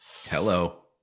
hello